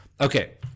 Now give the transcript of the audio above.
Okay